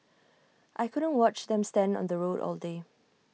I couldn't watch them stand on the road all day